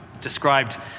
described